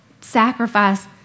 sacrifice